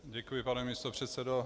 Děkuji, pane místopředsedo.